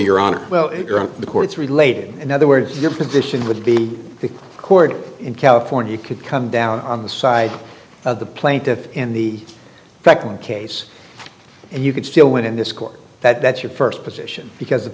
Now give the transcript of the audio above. your honor well the courts related in other words your position would be the court in california could come down on the side of the plaintiff in the second case and you could still win in this court that that's your first position because the